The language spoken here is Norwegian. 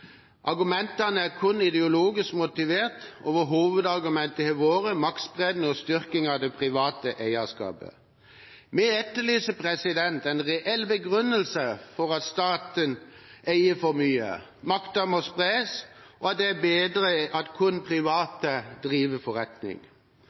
Argumentene er kun ideologisk motivert, og hovedargumentet har vært maktspredning og styrking av det private eierskapet. Vi etterlyser en reell begrunnelse for at staten eier for mye, at makta må spres, og at det er bedre at kun private driver forretning.